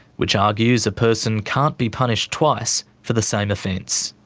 which argues a person can't be punished twice for the same offence.